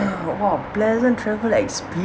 !wow! pleasant travel experience